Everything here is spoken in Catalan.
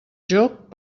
joc